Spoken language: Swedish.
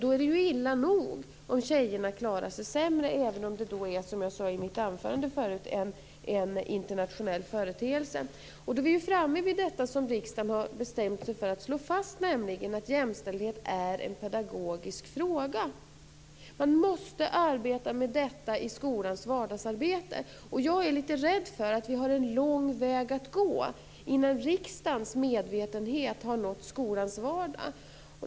Då är det ju illa nog om tjejerna klarar sig sämre, även om det är en internationell företeelse, som jag sade i mitt anförande. Då är vi ju framme vid detta som riksdagen har bestämt sig för att slå fast, nämligen att jämställdhet är en pedagogisk fråga. Man måste arbeta med detta i skolans vardagsarbete. Jag är litet rädd för att vi har en lång väg att gå innan riksdagens medvetenhet har nått skolans vardag.